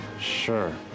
Sure